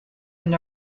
and